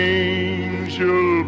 angel